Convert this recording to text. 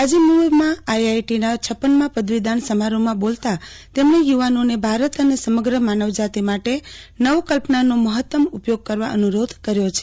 આજે મુંબઈમાં આઈઆઈટીના પદ્મા પદવીદાન સમારોહમાં બોલતાં તેમજો યુવાનોને ભારત અને સમગ્ર માનવ જાતિ માટે નવ કલ્પનાનો મહત્તમ ઉપયોગ કરવા અનુરોધ કર્યો છે